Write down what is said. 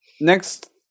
Next